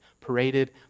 paraded